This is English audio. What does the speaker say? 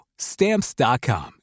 Stamps.com